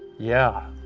yeah.